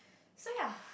so ya